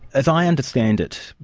as i understand it,